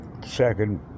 second